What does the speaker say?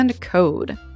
Code